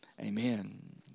Amen